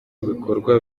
ibikorwa